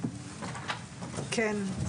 כן.